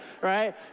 right